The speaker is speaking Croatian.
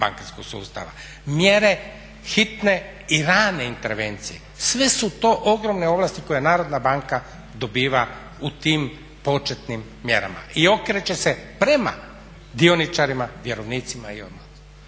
Mjere hitne i rane intervencije, sve su to ogromne ovlasti koje Narodna banka dobiva u tim početnim mjerama i okreće se prema dioničarima, vjerovnicima i